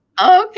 okay